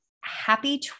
happy